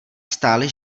stály